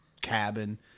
cabin